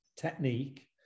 technique